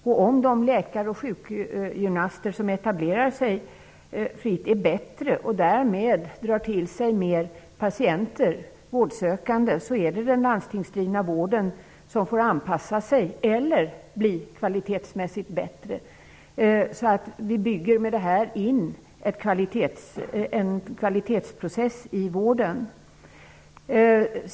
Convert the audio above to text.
Om de läkare och sjukgymnaster som etablerar sig fritt är bättre och därmed drar till sig fler vårdsökande, måste den landstingsdrivna vården anpassa sig eller bli kvalitetsmässigt bättre. Med detta bygger vi alltså in en kvalitetsprocess i vården.